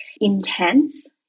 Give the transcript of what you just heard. intense